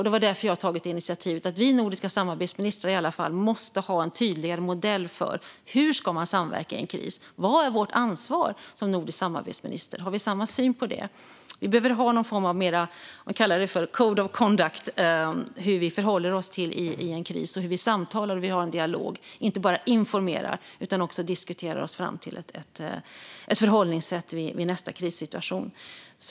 Det är därför jag har tagit initiativet att vi nordiska samarbetsministrar i alla fall måste ha en tydligare modell för hur man ska samverka i en kris. Vad är vårt ansvar som nordiska samarbetsministrar? Har vi samma syn på det? Vi behöver ha någon form av code of conduct när det gäller hur vi förhåller oss i en kris, hur vi samtalar och har en dialog och inte bara informerar utan också diskuterar oss fram till ett förhållningssätt att ha vid nästa krissituation.